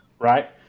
Right